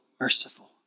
merciful